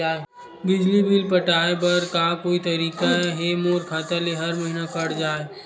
बिजली बिल पटाय बर का कोई तरीका हे मोर खाता ले हर महीना कट जाय?